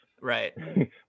Right